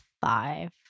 five